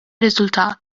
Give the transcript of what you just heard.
riżultat